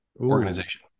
organization